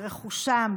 ברכושם,